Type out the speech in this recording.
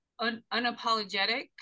unapologetic